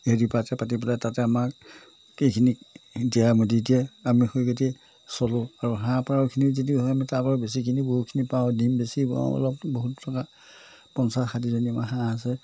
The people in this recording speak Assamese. হেৰি পাতে পাতি পেলাই তাতে আমাক কেইখিনি দিহা মতি দিয়ে আমি সৈখেতি চলোঁ আৰু হাঁহ পাৰখিনিও যদি হয় আমি তাৰ পৰা বেচিখিনি বহুখিনি পাওঁ ডিম বেচি পাওঁ অলপ বহুত টকা পঞ্চাছ ষাঠিজনীমান হাঁহ আছে